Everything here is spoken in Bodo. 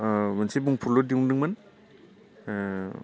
मोनसे बुंफुरलु दिहुन्दोंमोन